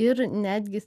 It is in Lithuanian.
ir netgi